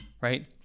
right